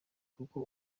kuko